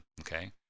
okay